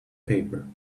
paper